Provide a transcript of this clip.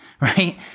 right